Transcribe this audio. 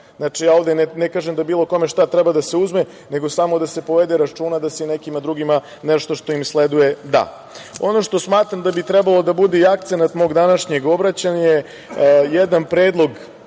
ja ovde ne kažem da bilo kome šta treba da se uzme, nego samo da se povede računa da se nekima drugima nešto što im sleduje da. Ono što smatram da bi trebalo da bude akcenat mog današnjeg obraćanja je jedan predlog